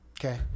okay